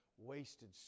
Wasted